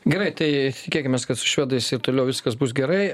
gerai tai tikėkimės kad su švedais ir toliau viskas bus gerai